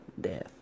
death